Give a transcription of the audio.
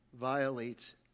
violates